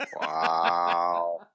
Wow